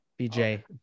BJ